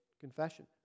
confession